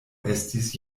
estis